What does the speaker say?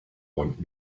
want